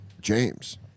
James